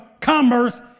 commerce